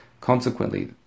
Consequently